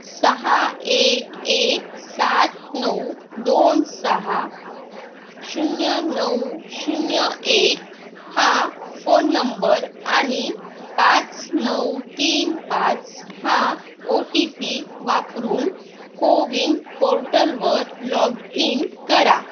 सहा एक एक सात नऊ दोन सहा शून्य नऊ शून्य एक हा फोन नंबर आणि पाच नऊ तीन पाच हा ओ टी पी वापरून कोविन पोर्टलवर लॉग इन करा